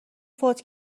فوت